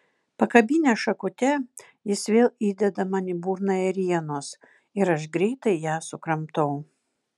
pakabinęs šakute jis vėl įdeda man į burną ėrienos ir aš greitai ją sukramtau